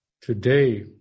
today